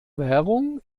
währung